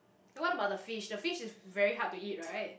what about the fish the fish is very hard to eat right